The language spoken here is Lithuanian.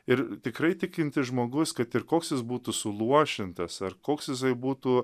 ir tikrai tikintis žmogus kad ir koks jis būtų suluošintas ar koks jisai būtų